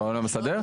הרעיון המסדר,